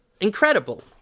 Incredible